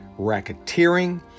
racketeering